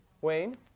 Wayne